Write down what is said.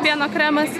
pieno kremas